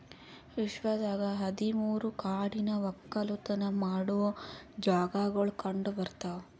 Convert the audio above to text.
ವಿಶ್ವದಾಗ್ ಹದಿ ಮೂರು ಕಾಡಿನ ಒಕ್ಕಲತನ ಮಾಡೋ ಜಾಗಾಗೊಳ್ ಕಂಡ ಬರ್ತಾವ್